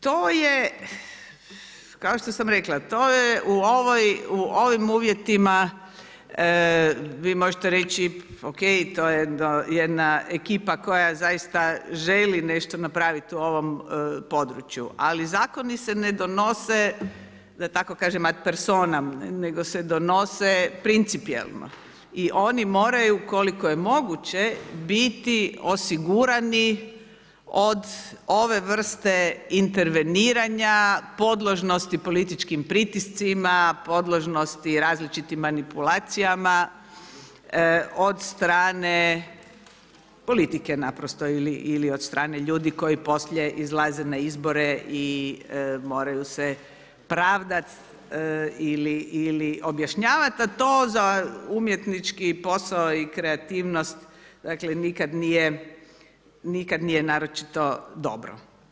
To je kao što sam rekla, to je u ovim uvjetima, vi možete reći ok, to je jedna ekipa koja zaista želi nešto napraviti u ovom području ali zakoni se ne donose, da tako kaže ad personam, nego se donose principijelno i oni moraju koliko je moguće biti osigurani od ove vrste interveniranja podložnosti političkim pritiscima, podložnosti različitim manipulacijama od strane politike naprosto ili od strane ljudi koji poslije izlaze na izbore i moraju se pravdati ili objašnjavati a za umjetnički posao i kreativnost dakle nikad nije naročito dobro.